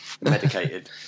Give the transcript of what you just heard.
Medicated